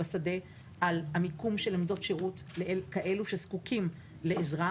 על מיקום עמדות שירות לכאלו שזקוקים לעזרה.